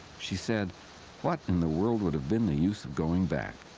she said what in the world would have been the use of going back?